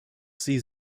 sie